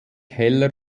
heller